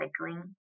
recycling